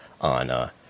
on